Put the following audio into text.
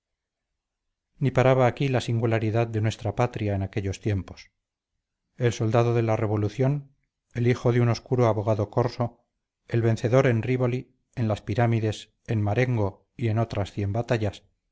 ni paraba aquí la singularidad de nuestra patria en aquellos tiempos el soldado de la revolución el hijo de un oscuro abogado corso el vencedor en rívoli en las pirámides en marengo y en otras cien batallas